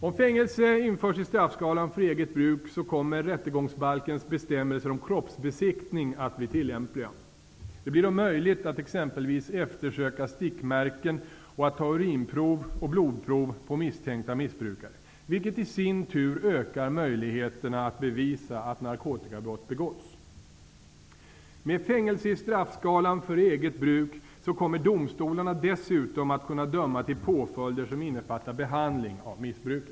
Om fängelse införs i straffskalan för eget bruk kommer rättegångsbalkens bestämmelser om kroppsbesiktning att bli tillämpliga. Det blir då möjligt att exempelvis eftersöka stickmärken och att ta urinprov och blodprov på misstänkta missbrukare, vilket i sin tur ökar möjligheterna att bevisa att narkotikabrott har begåtts. Med fängelse i straffskalan för eget bruk kommer domstolarna dessutom att kunna döma till påföljder som innefattar behandling av missbruket.